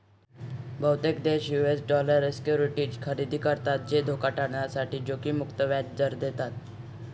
बहुतेक देश US dollar securities खरेदी करतात जे धोका टाळण्यासाठी जोखीम मुक्त व्याज दर देतात